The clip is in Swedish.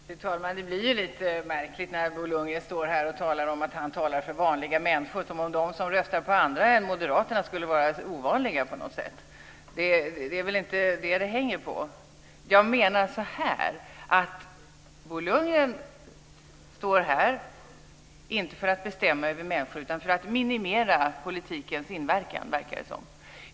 Fru talman! Det blir lite märkligt när Bo Lundgren står här och talar om att han talar för vanliga människor, som om de som röstar på andra än Moderaterna skulle vara ovanliga. Det är väl inte det som det hänger på. Bo Lundgren står här inte för att bestämma över människor utan för att minimera politikens inverkan, verkar det som.